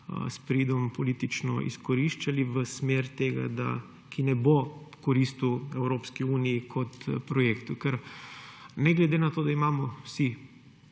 s pridom politično izkoriščali v smer, ki ne bo koristila Evropski uniji kot projektu. Ker ne glede na to, da imamo vsi